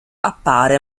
appare